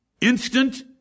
instant